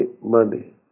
money